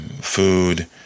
food